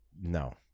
no